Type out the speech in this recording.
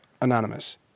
Anonymous